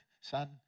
Son